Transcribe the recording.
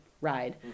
ride